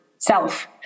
self